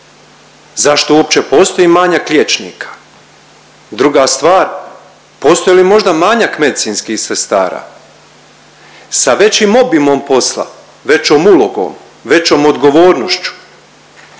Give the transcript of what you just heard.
zašto uopće postoji manjak liječnika. Druga stvar postoji li možda manjak medicinskih sestara sa većim obimom posla, većom ulogom, većom odgovornošću.